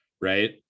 right